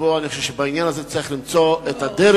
אני מקבל את זה,